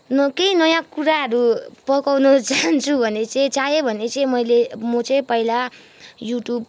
केही नयाँ कुराहरू पकाउनु जान्छु भने चाहिँ चाहेँ भने चाहिँ मैले म चाहिँ पहिला युट्युब